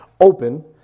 open